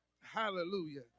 Hallelujah